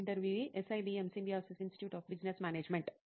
interviewee SIBM Symbiosis institute of business management